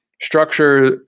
structure